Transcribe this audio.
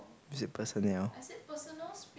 is it personnel